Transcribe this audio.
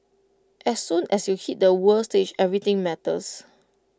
as soon as you hit the world stage everything matters